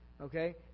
Okay